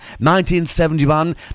1971